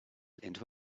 into